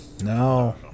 No